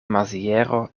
maziero